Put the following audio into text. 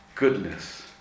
Goodness